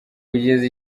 kugeza